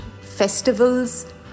festivals